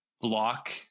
block